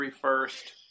first